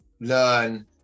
learn